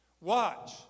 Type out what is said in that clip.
Watch